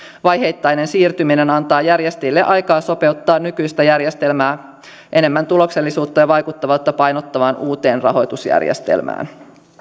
vaiheittainen siirtyminen antaa järjestäjille aikaa sopeuttaa nykyistä järjestelmää enemmän tuloksellisuutta ja vaikuttavuutta painottavaan uuteen rahoitusjärjestelmään